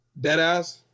deadass